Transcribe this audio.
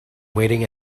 waiting